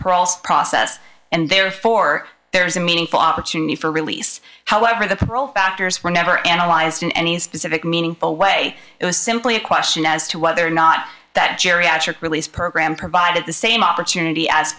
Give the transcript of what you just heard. proles process and therefore there is a meaningful opportunity for release however the parole factors were never analyzed in any specific meaningful way it was simply a question as to whether or not that geriatric relief program provided the same opportunity as